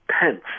Pence